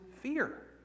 Fear